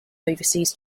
overseas